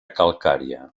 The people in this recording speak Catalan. calcària